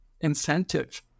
incentive